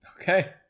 Okay